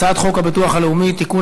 הצעת חוק הביטוח הלאומי (תיקון,